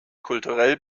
kulturell